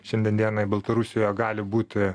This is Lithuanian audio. šiandien dienai baltarusijoje gali būti